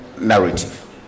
narrative